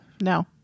no